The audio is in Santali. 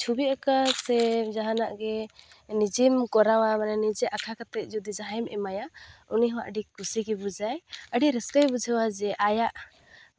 ᱪᱷᱚᱵᱤ ᱟᱸᱠᱟᱣ ᱥᱮ ᱡᱟᱦᱟᱱᱟᱜ ᱜᱮ ᱱᱤᱡᱮᱢ ᱠᱚᱨᱟᱣᱟ ᱢᱟᱱᱮ ᱱᱤᱡᱮ ᱟᱸᱠᱟᱣ ᱠᱟᱛᱮᱜᱫ ᱡᱩᱫᱤ ᱡᱟᱦᱟᱸᱭᱮᱢ ᱮᱢᱟᱭᱟ ᱩᱱᱤᱦᱚᱸ ᱟᱹᱰᱤ ᱠᱩᱥᱤᱜᱮ ᱵᱩᱡᱟᱭ ᱟᱹᱰᱤ ᱨᱟᱹᱥᱠᱟᱹᱭ ᱵᱩᱡᱷᱟᱹᱣᱟ ᱡᱮ ᱟᱭᱟᱜ